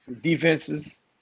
defenses